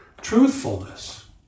Truthfulness